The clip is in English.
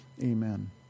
Amen